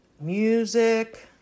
music